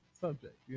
subject